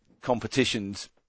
competitions